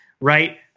right